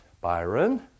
Byron